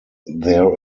there